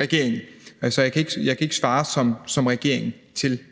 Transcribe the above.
regering, så jeg kan ikke svare